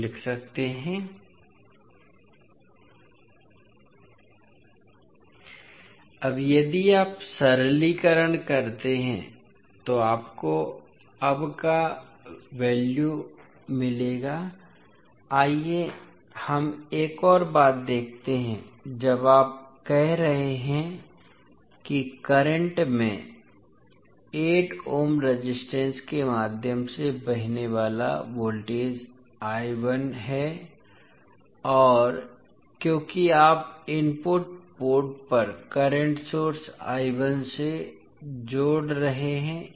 हम लिख सकते है अब यदि आप सरलीकरण करते हैं तो आपको अब का वैल्यू मिलेगा आइए हम एक और बात देखते हैं जब आप कह रहे हैं कि करंट में 8 ओम रेजिस्टेंस के माध्यम से बहने वाला वोल्टेज है क्योंकि आप इनपुट पोर्ट पर करंट सोर्स को जोड़ रहे हैं